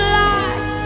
life